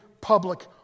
public